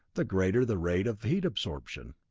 the greater the rate of heat absorption.